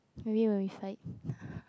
maybe when we fight